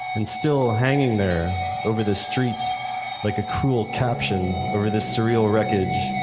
and still hanging there over the street like a cruel caption over the surreal wreckage,